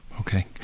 Okay